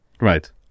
Right